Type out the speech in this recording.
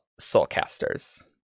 Soulcasters